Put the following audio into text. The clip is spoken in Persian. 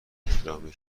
احترامی